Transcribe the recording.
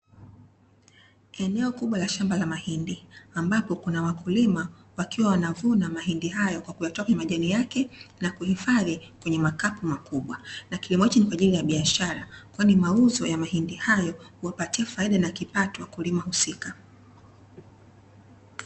Eneo kubwa la shamba la mahindi ambapo kuna wakulima, wakiwa wanavuna mahindi hayo kwa kuyatoa kwenye majani yake na kuhifadhi kwenye makapu makubwa. Na kilimo hichi ni kwa ajili ya biashara, kwani mauzo ya mahindi hayo, huwapatia faida na kipato wakulima husika.